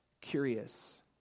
curious